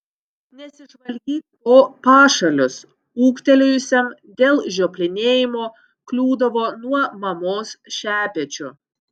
nesižvalgyk po pašalius ūgtelėjusiam dėl žioplinėjimo kliūdavo nuo mamos šepečiu